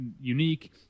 unique